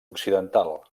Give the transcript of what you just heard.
occidental